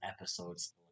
episodes